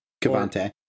Cavante